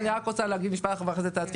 אני רק רוצה להגיד משפט ואחרי זה תעדכני.